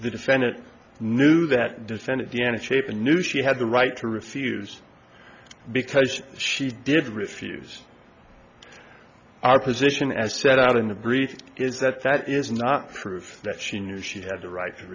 the defendant knew that dissent at the end of shape and knew she had the right to refuse because she did refuse our position as set out in the breeze is that that is not proof that she knew she had the right to